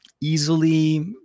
easily